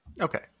Okay